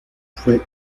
fue